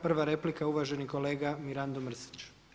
Prva replika je uvaženi kolega Mirando Mrsić.